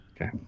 Okay